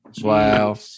Wow